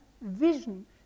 vision